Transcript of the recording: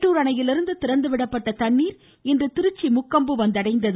மேட்டூர் அணையிலிருந்து திறந்து விடப்பட்ட தண்ணீர் இன்று திருச்சி முக்கொம்பு வந்தடைந்தது